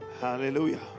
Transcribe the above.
Hallelujah